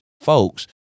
folks